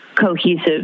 cohesive